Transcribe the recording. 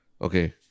Okay